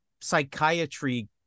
psychiatry